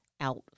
out